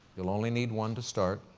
you'll only need one to start.